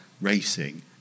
racing